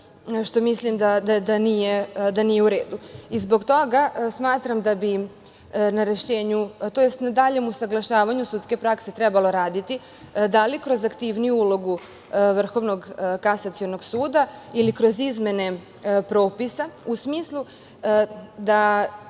što mislim da nije u redu. Zbog toga smatram da bi na daljem usaglašavanju sudske prakse trebalo raditi, da li kroz aktivniju ulogu Vrhovnog kasacionog suda ili kroz izmene propisa, u smislu da